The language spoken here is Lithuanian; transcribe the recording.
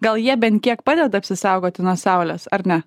gal jie bent kiek padeda apsisaugoti nuo saulės ar ne